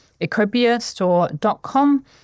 ecopiastore.com